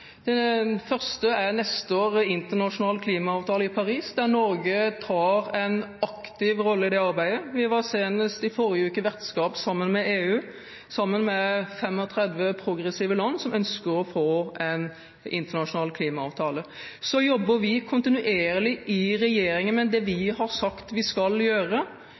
Den første er neste år: Arbeidet for å få på plass en internasjonal klimaavtale i Paris. Norge tar en aktiv rolle i det arbeidet. Sammen med EU var vi senest i forrige uke vertskap for 35 progressive land som ønsker å få en internasjonal klimaavtale. Vi jobber kontinuerlig i regjeringen, men det vi har sagt vi skal gjøre,